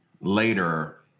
later